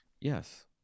yes